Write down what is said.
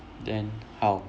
then how